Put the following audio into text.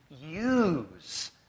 use